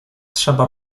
trzeba